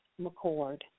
McCord